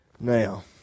Now